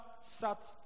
sat